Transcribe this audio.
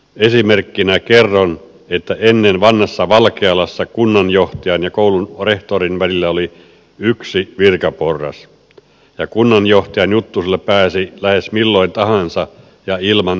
esimerkkinä kerron että ennen vanhassa valkealassa kunnanjohtajan ja koulun rehtorin välillä oli yksi virkaporras ja kunnanjohtajan juttusille pääsi lähes milloin tahansa ja ilman ajanvarausta